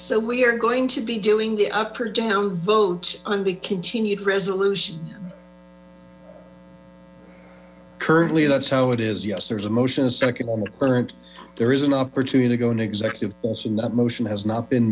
so we are going to be doing the upper down vote on the continued resolution currently that's how it is yes there is a motion a second on the current there is an opportunity to go into executive that motion has not been